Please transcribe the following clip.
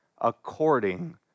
according